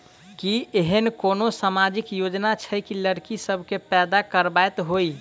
की एहेन कोनो सामाजिक योजना छै जे लड़की सब केँ फैदा कराबैत होइ?